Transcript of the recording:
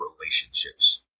relationships